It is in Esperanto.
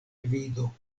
vido